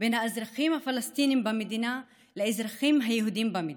בין האזרחים הפלסטינים במדינה לאזרחים היהודים במדינה.